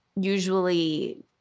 usually